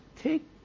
take